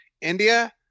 India